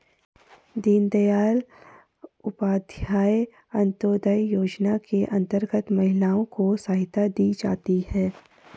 दीनदयाल उपाध्याय अंतोदय योजना के अंतर्गत महिलाओं को सहायता दी जाती है